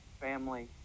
family